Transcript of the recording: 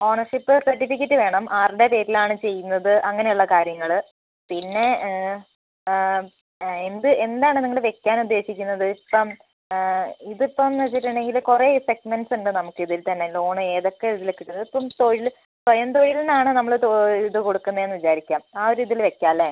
ownership certificate വേണം ആരുടെ പേരിലാണ് ചെയ്യുന്നത് അങ്ങനെയുള്ള കാര്യങ്ങൾ പിന്നെ എന്ത് എന്താണ് നിങ്ങൾ വയ്ക്കാൻ ഉദ്ദേശിക്കുന്നത് ഇപ്പം ഇതിപ്പം എന്നു വച്ചിട്ടുണ്ടെങ്കിൽ കുറേ സെഗ്മെന്റസുണ്ട് നമുക്കിതിൽത്തന്നെ ലോണേതൊക്കെ ഇതിൽ കിട്ടുന്നത് ഇപ്പം തൊഴിൽ സ്വയം തൊഴിലിനാണ് നമ്മൾ ഇത് കൊടുക്കുന്നതെന്ന് വിചാരിക്കാം ആ ഒരിതിൽ വയ്ക്കാം അല്ലേ